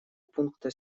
пункта